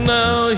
now